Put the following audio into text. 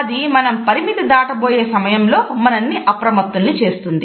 అది మనం పరిమితి దాటబోయే సమయంలో మనల్ని అప్రమత్తుల్ని చేస్తుంది